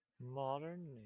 Modern